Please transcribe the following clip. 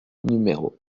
numéro